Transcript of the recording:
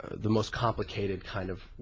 the most complicated kind of